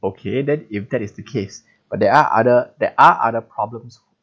okay then if that is the case but there are other there are other problems